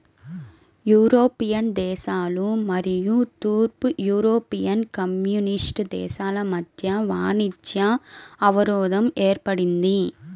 European దేశాలు మరియు తూర్పు యూరోపియన్ కమ్యూనిస్ట్ దేశాల మధ్య వాణిజ్య అవరోధం ఏర్పడింది